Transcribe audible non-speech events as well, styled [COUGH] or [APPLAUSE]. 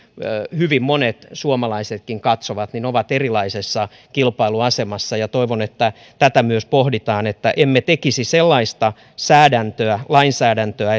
hyvin monet suomalaisetkin katsovat ovat erilaisessa kilpailuasemassa toivon että myös tätä pohditaan että emme tekisi sellaista lainsäädäntöä lainsäädäntöä [UNINTELLIGIBLE]